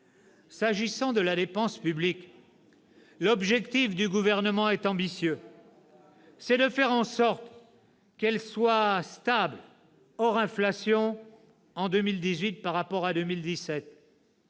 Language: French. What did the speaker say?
S'agissant de la dépense publique, l'objectif du Gouvernement est ambitieux. C'est de faire en sorte qu'elle soit stable, hors inflation, en 2018 par rapport à 2017